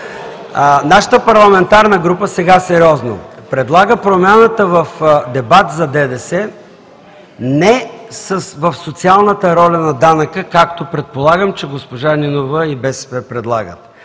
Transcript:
Нашата парламентарна група – сега сериозно, предлага промяната в дебата за ДДС не в социалната роля на данъка, както предполагам, че госпожа Нинова и БСП предлагат